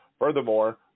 Furthermore